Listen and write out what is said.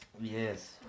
Yes